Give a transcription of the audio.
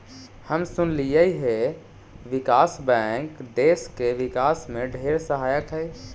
हम सुनलिअई हे विकास बैंक देस के विकास में ढेर सहायक हई